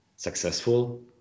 Successful